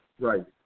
Right